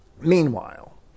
meanwhile